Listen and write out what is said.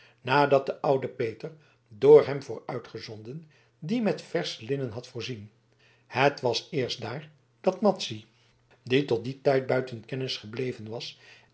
nadat de oude peter door hem vooruitgezonden die met versch linnen had voorzien het was eerst daar dat madzy die tot dien tijd buiten kennis gebleven was